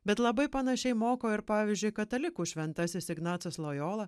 bet labai panašiai moko ir pavyzdžiui katalikų šventasis ignacas lojola